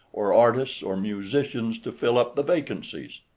or artists, or musicians to fill up the vacancies?